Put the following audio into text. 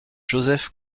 joseph